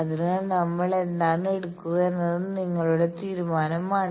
അതിനാൽ നമ്മൾ ഏതാണ് എടുക്കുക എന്നത് നിങ്ങളുടെ തീരുമാനമാണ്